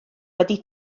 wedi